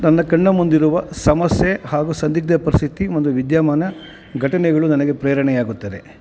ನನ್ನ ಕಣ್ಣ ಮುಂದಿರುವ ಸಮಸ್ಯೆ ಹಾಗೂ ಸಂದಿಗ್ಧ ಪರಿಸ್ಥಿತಿ ಒಂದು ವಿದ್ಯಮಾನ ಘಟನೆಗಳು ನನಗೆ ಪ್ರೇರಣೆ ಆಗುತ್ತದೆ